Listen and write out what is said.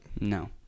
No